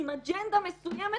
עם אג'נדה מסוימת,